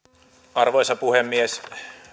arvoisa puhemies